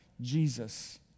Jesus